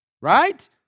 right